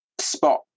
spot